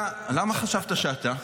למה חשבת שאתה?